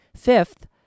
Fifth